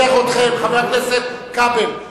חבר הכנסת כבל,